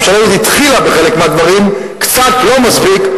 הממשלה הזאת התחילה בחלק מהדברים, קצת, לא מספיק.